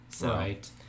Right